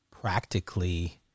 practically